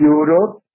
Europe